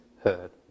heard